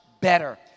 better